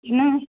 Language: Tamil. என்னா